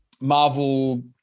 Marvel